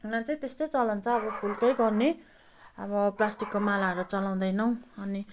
यहाँ चाहिँ त्यस्तै चलाउँछ अब फुलकै गर्ने अब प्लास्टिकको मालाहरू चलाउँदैनौँ अनि